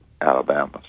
Alabama